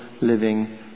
living